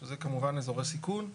שזה כמובן אזורי סיכון,